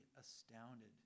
astounded